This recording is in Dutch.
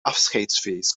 afscheidsfeest